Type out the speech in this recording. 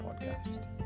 Podcast